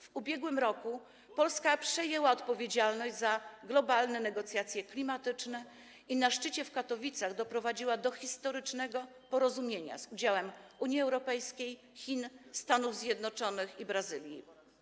W ubiegłym roku Polska przejęła odpowiedzialność za globalne negocjacje klimatyczne i na szczycie w Katowicach doprowadziła do historycznego porozumienia z udziałem Unii Europejskiej, Chin, Stanów Zjednoczonych i Brazylii.